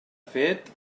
fet